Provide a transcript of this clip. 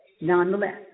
Nonetheless